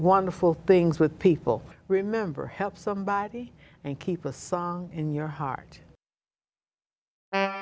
wonderful things with people remember help somebody and keep a song in your heart